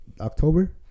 October